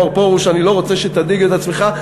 מר פרוש, אני לא רוצה שתדאיג את עצמך.